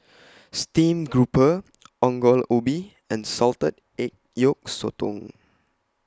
Steamed Grouper Ongol Ubi and Salted Egg Yolk Sotong